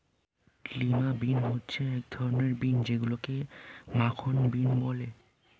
lima bean হচ্ছে এক ধরনের বিন যেইগুলোকে মাখন বিন বলে